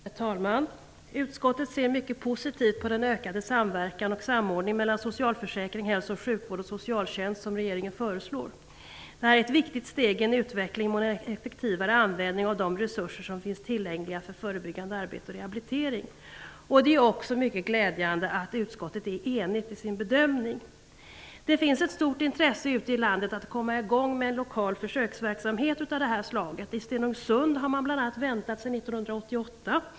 Herr talman! Utskottet ser mycket positivt på den ökade samverkan och samordning mellan socialförsäkring, hälso och sjukvård och socialtjänst som regeringen föreslår. Det här är ett viktigt steg i en utveckling mot en effektivare användning av de resurser som finns tillgängliga för förebyggande arbete och rehabilitering. Det är också mycket glädjande att utskottet är enigt i sin bedömning. Det finns ett stort intresse ute i landet för att komma i gång med lokal försöksverksamhet av det här slaget. I bl.a. Stenungsund har man väntat sedan 1988.